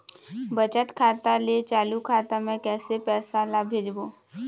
बचत खाता ले चालू खाता मे कैसे पैसा ला भेजबो?